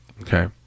Okay